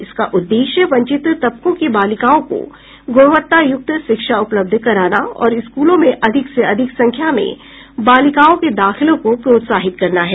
इसका उद्देश्य वंचित तबकों की बालिकाओं को गुणवत्ता युक्त शिक्षा उपलब्ध कराना और स्कूलों में अधिक से अधिक संख्या में बालिकाओं के दाखिले को प्रोत्साहित करना है